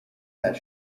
that